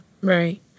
Right